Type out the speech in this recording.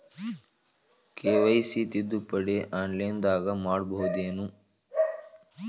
KYC ತಿದ್ದುಪಡಿ ಆನ್ಲೈನದಾಗ್ ಮಾಡ್ಬಹುದೇನು?